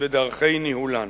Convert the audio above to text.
ודרכי ניהולן.